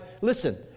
Listen